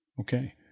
Okay